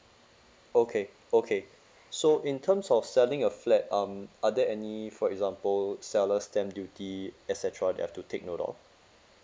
okay okay so in terms of selling a flat um are there any for example seller stamp duty et cetera that I've to take note of